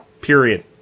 Period